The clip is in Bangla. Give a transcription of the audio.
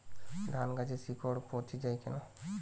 ধানগাছের শিকড় পচে য়ায় কেন?